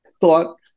thought